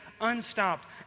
unstopped